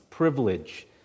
privilege